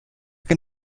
can